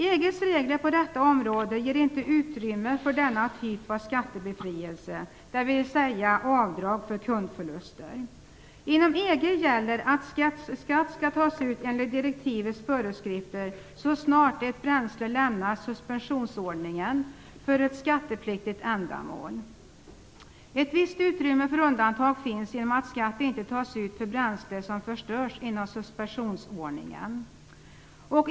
EG:s regler på detta område ger inte utrymme för denna typ av skattebefrielse, dvs. avdrag för kundförluster. Inom EG gäller att skatt skall tas ut enligt direktivets föreskrifter så snart ett bränsle lämnar suspensionsordningen för ett skattepliktigt ändamål. Ett visst utrymme för undantag finns genom att skatt inte tas ut för bränsle som förstörs inom suspensionsordningen.